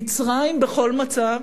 מצרים, בכל מצב,